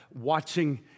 watching